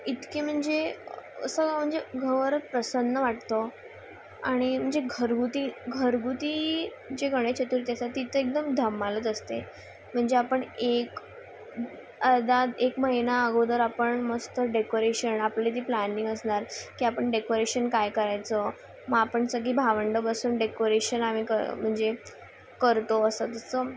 इतके म्हणजे असं म्हणजे घर प्रसन्न वाटतो आणि म्हणजे घरगुती घरगुती जे गणेश चतुर्थे असतात तितं एकदम धमालच असते म्हणजे आपण एक अर्धा एक महिन्या अगोदर आपण मस्त डेकोरेशन आपली ती प्लॅनिंग असणार की आपण डेकोरेशन काय करायचं म आपण सगळी भावंड बसून डेकोरेशन आम्ही कंजे करतो असं तसं